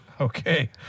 Okay